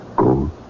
gold